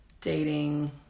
dating